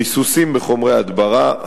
ריסוסים בחומרי הדברה,